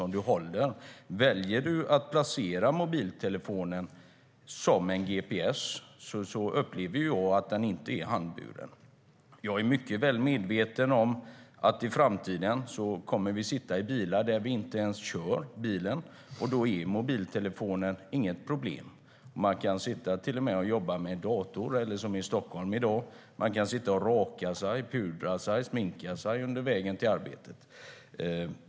Om man väljer att placera mobiltelefonen som en gps är den inte handburen. I framtiden kommer vi att sitta i bilar där vi inte ens kör. Då är mobiltelefonen inget problem. Man kan sitta och jobba med sin dator eller, som i Stockholm i dag, raka sig, pudra sig eller sminka sig på väg till arbetet.